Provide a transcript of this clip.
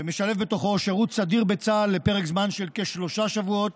שמשלבת בתוכה שירות סדיר בצה"ל לפרק זמן של כשלושה שבועות,